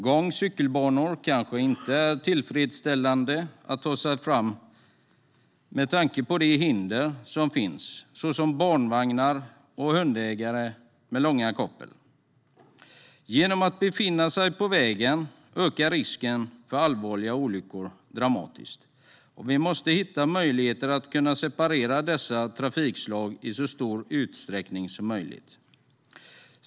Gång och cykelbanor kanske inte är tillfredställande att ta sig fram på med tanke på de hinder som finns, såsom barnvagnar och hundägare som håller i långa koppel. Genom att man befinner sig på vägen ökar risken för allvarliga olyckor dramatiskt. Vi måste hitta möjligheter att separera dessa trafikslag i så stor utsträckning som möjligt.